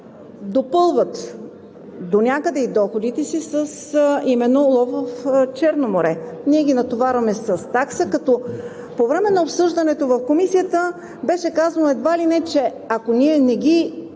допълват донякъде и доходите си именно с улов в Черно море. Ние ги натоварваме с такса, като по време на обсъждането в Комисията беше казано едва ли не, че ако ние не им